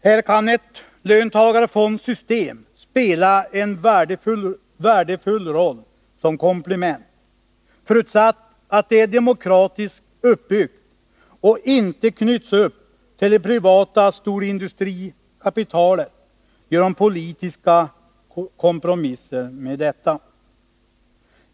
Här kan ett löntagarfondssystem spela en värdefull roll som komplement — förutsatt att det är demokratiskt uppbyggt och inte knyts upp till det privata storindustrikapitalet genom politiska kompromisser med detta.